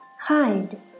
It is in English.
hide